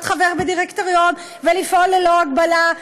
להיות חבר דירקטוריון ולפעול ללא כל הגבלה,